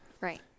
Right